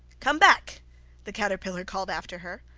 come back the caterpillar called after her.